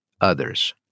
others